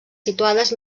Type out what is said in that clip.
situades